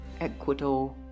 Ecuador